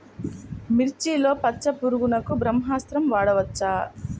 మిర్చిలో పచ్చ పురుగునకు బ్రహ్మాస్త్రం వాడవచ్చా?